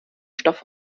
stoff